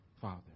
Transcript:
Father